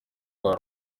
kwa